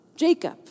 Jacob